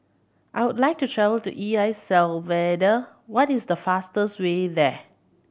I would like to travel to E L Salvador what is the fastest way there